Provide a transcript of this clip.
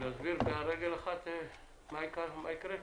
להסביר על רגל אחת מה יקרה?